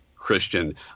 Christian